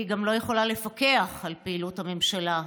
היא גם לא יכולה לפקח על פעילות הממשלה.